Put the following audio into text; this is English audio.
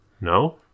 No